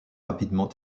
rapidement